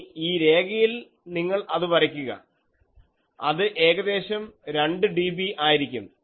ഇനി ഈ രേഖയിൽ നിങ്ങൾ അത് വരയ്ക്കുക അത് ഏകദേശം 2dB ആയിരിക്കും